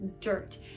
dirt